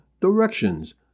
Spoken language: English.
directions